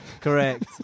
Correct